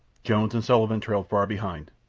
jones and sullivan trailed far behind.